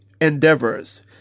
endeavors